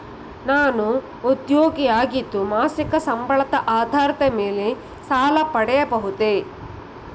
ನಾನು ಉದ್ಯೋಗಿ ಆಗಿದ್ದು ಮಾಸಿಕ ಸಂಬಳದ ಆಧಾರದ ಮೇಲೆ ಸಾಲ ಪಡೆಯಬಹುದೇ?